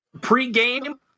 pre-game